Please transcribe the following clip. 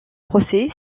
procès